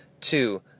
Two